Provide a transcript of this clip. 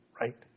Right